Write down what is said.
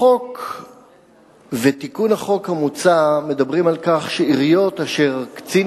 החוק ותיקון החוק המוצע מדברים על כך שעיריות אשר קצין